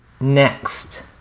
Next